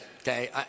Okay